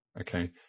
Okay